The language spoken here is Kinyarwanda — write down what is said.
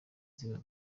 ziba